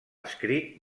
escrit